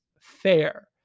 fair